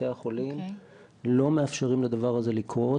בתי החולים לא מאפשרים לדבר הזה לקרות.